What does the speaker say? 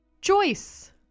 Joyce